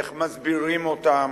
איך מסבירים אותם.